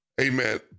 amen